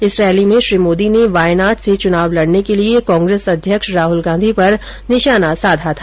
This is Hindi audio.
इस रैली में श्री मोदी ने वायनाड से चुनाव लड़ने के लिए कांग्रेस अध्यक्ष राहुल गांधी पर निशाना साधा था